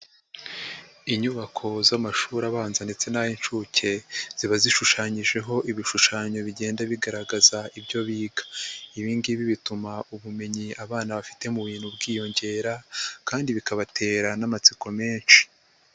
Inyubako z'amashuri abanza ndetse n'ay'inshuke, ziba zishushanyijeho ibishushanyo bigenda bigaragaza ibyo biga. Ibi ngibi bituma ubumenyi abana bafite mu bintu bwiyongera kandi bikabatera n'amatsiko menshi.